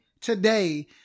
today